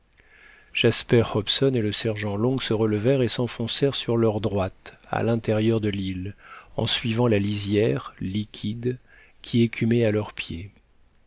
jasper hobson et le sergent long se relevèrent et s'enfoncèrent sur leur droite à l'intérieur de l'île en suivant la lisière liquide qui écumait à leurs pieds